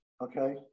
okay